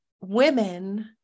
women